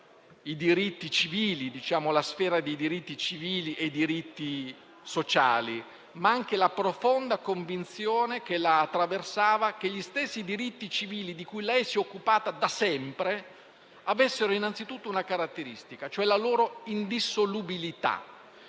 la sfera dei diritti civili e i diritti sociali), ma anche alla profonda convinzione che la attraversava che gli stessi diritti civili, di cui lei si è occupata da sempre, avessero anzitutto la caratteristica della loro indissolubilità.